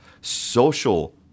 social